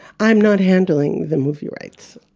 i'm not handling the movie rights.